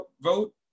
vote